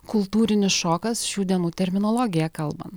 kultūrinis šokas šių dienų terminologija kalbant